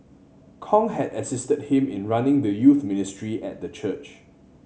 Kong had assisted him in running the youth ministry at the church